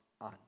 on